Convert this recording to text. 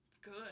good